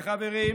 אני מבקש.